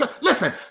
Listen